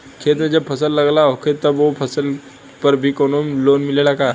खेत में जब फसल लगल होले तब ओ फसल पर भी कौनो लोन मिलेला का?